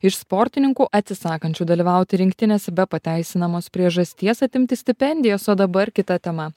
iš sportininkų atsisakančių dalyvauti rinktinėse be pateisinamos priežasties atimti stipendijas o dabar kita tema